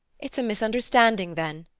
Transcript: it's a misunderstanding then,